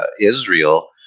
Israel